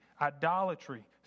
idolatry